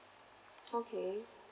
okay